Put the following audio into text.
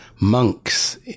monks